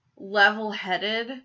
level-headed